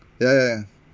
ya ya ya